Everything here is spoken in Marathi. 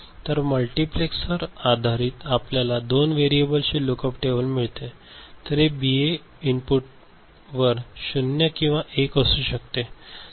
तर 1 मल्टिप्लेसर आधारीत आपल्याला 2 व्हेरिएबल्सची लुकअप टेबल मिळेल तर हे बीए इनपुटवर 0 किंवा 1 असू शकते